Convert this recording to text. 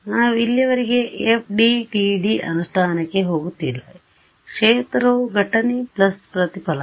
ನಾವು ಇಲ್ಲಿಯವರೆಗೆ ಎಫ್ಡಿಟಿಡಿ ಅನುಷ್ಠಾನಕ್ಕೆ ಹೋಗುತ್ತಿಲ್ಲ ಕ್ಷೇತ್ರವು ಘಟನೆ ಪ್ಲಸ್ ಪ್ರತಿಫಲನ